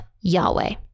Yahweh